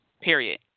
period